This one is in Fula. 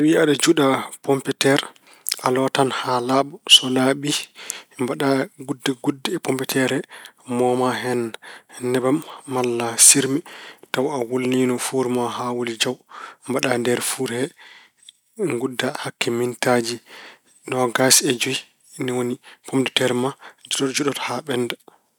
So tawi aɗa juɗa pom de teer, a lootan haa laaɓa, so laaɓi, mbaɗa gudde gudde e pom de teer he. Mooma hen nebam malla siirme tawa a wulniino fuur ma haa wuli jaw. Mbaɗa e nder fuur he, ngudda hakke mintaaji noogas e joyi. Ni woni pom de teer ma, juɗoto- juɗoto haa ɓennda.